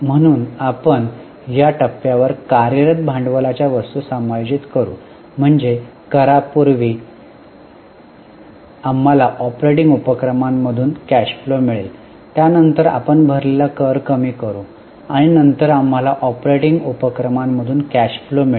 म्हणून आपण या टप्प्यावर कार्यरत भांडवलाच्या वस्तू समायोजित करू म्हणजे करा पूर्वी आम्हाला ऑपरेटिंग उपक्रमांमधून कॅश फ्लो मिळेल त्यानंतर आपण भरलेला कर कमी करू आणि नंतर आम्हाला ऑपरेटिंग उपक्रमांमधून कॅश फ्लो मिळेल